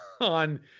on